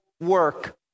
work